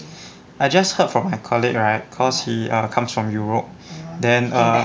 I just heard from my colleague right cause he err comes from europe then err